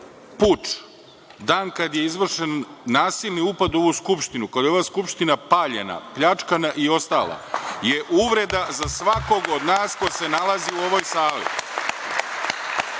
puč, dan kada je izvršen nasilni upad u ovu Skupštinu, kada je ova Skupština paljena, pljačkana i ostalo je uvreda za svakog od nas ko se nalazi u ovoj sali.